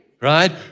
Right